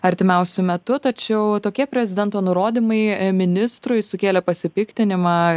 artimiausiu metu tačiau tokie prezidento nurodymai ministrui sukėlė pasipiktinimą